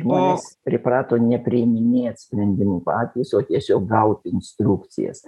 žmonės priprato nepriiminėt sprendimų patys o tiesiog gauti instrukcijas